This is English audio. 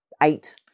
eight